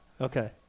Okay